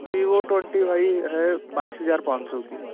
Vivo twenty वही है बाईस हज़ार पाँच सौ की